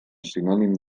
sinònim